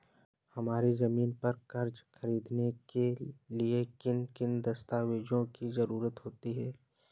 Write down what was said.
हमारी ज़मीन पर कर्ज ख़रीदने के लिए किन किन दस्तावेजों की जरूरत होती है?